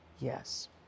Yes